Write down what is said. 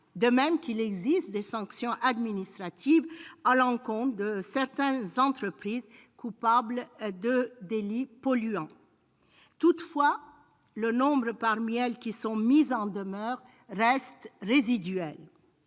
de même qu'il existe des sanctions administratives à l'encontre de certaines entreprises coupables de délits polluants. Toutefois, parmi elles, le nombre de sociétés mises en demeure reste résiduel.